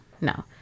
No